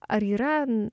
ar yra